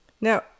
Now